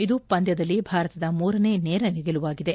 ಇದು ಪಂದ್ಯದಲ್ಲಿ ಭಾರತದ ಮೂರನೇ ನೇರ ಗೆಲುವಾಗಿದೆ